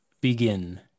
begin